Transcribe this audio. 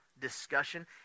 discussion